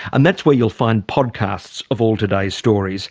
and that's where you'll find podcasts of all today's stories